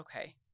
Okay